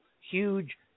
huge